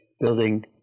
Building